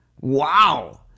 Wow